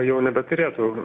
jau nebeturėtų